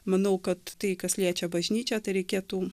manau kad tai kas liečia bažnyčią tai reikėtų